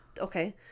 Okay